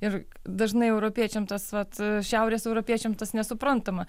ir dažnai europiečiam tas vat šiaurės europiečiam tas nesuprantama